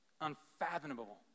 unfathomable